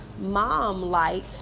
mom-like